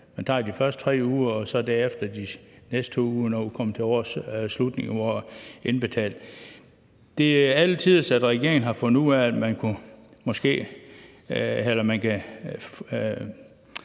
man tager de første 3 uger og så derefter de næste 2 uger, når vi kommer til årets slutning. Det er alle tiders, at regeringen har fundet ud af, at man kan